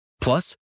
Plus